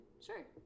Sure